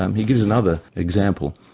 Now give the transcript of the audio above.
um he gives another example.